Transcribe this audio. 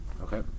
okay